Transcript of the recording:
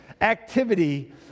activity